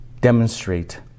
demonstrate